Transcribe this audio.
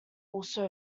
also